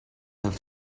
have